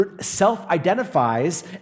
self-identifies